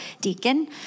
deacon